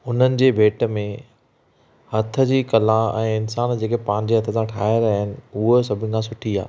हुननि जी भेट में हथ जी कला ऐं इंसान जेके पंहिंजे हथ सां ठाहे रहियां आहिनि उहा सभिनि खां सुठी आहे